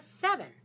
seven